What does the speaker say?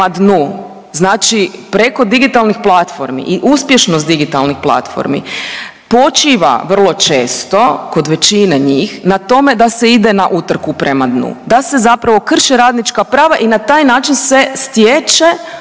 Znači preko digitalnih platformi i uspješnost digitalnih platformi počiva vrlo često kod većine njih na tome da se ide na utrku prema dnu, da se zapravo krše radnička prava i na taj način se stječe onaj